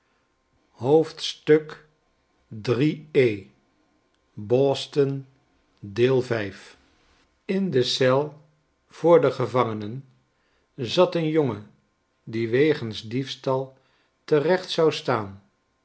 in de eel voor de gevangenen zafc een jongen die wegens diefstal terecht zou staan